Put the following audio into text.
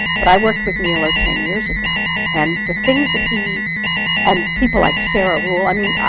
but i worked with nilo ten years ago, and the things that he and people like sarah ruhl i mean,